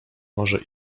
może